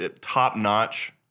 top-notch